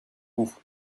goût